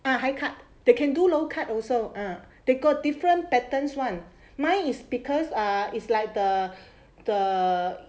ah cut they can do low cut also uh they got different patterns one mine is because ah is like the the